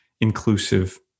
inclusive